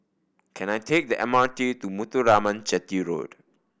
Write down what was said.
can I take the M R T to Muthuraman Chetty Road